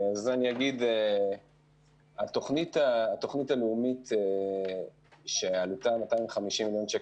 התוכנית הלאומית שעלותה 250 מיליון שקלים,